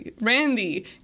Randy